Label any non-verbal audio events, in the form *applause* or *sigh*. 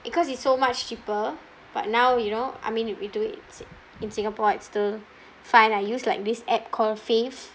because it's so much cheaper but now you know I mean we do it in si~ in singapore it's still *breath* fine I use like this app called Fave